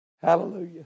Hallelujah